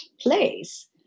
place